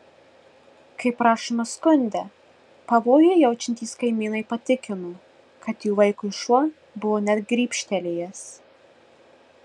kaip rašoma skunde pavojų jaučiantys kaimynai patikino kad jų vaikui šuo buvo net grybštelėjęs